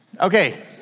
Okay